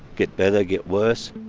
get better, get worse.